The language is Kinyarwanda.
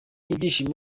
ibyishimo